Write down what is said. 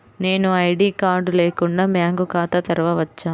నేను ID card లేకుండా bank ఖాతా తెరవచ్చా?